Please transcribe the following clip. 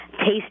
Taste